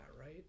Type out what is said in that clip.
right